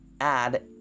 add